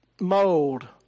mold